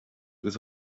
agus